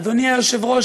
אדוני היושב-ראש,